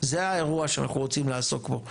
זה האירוע שאנחנו רוצים לעסוק בו.